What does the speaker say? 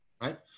right